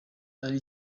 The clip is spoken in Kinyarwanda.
ari